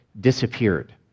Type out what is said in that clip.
disappeared